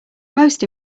most